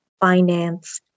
finance